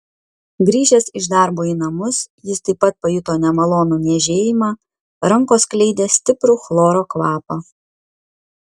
grįžęs iš darbo į namus jis taip pat pajuto nemalonų niežėjimą rankos skleidė stiprų chloro kvapą